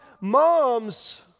Moms